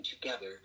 together